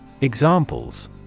Examples